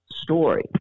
story